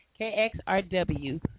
KXRW